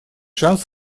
шанс